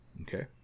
Okay